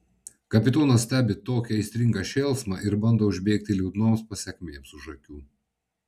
kapitonas stebi tokį aistringą šėlsmą ir bando užbėgti liūdnoms pasekmėms už akių